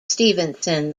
stephenson